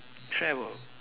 travel